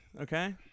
Okay